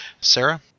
Sarah